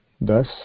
thus